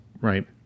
right